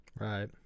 Right